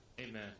Amen